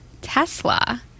Tesla